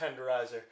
tenderizer